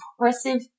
impressive